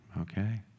okay